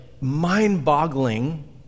mind-boggling